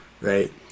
Right